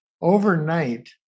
Overnight